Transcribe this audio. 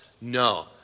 no